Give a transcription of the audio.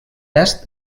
est